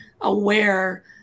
aware